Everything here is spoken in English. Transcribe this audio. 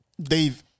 Dave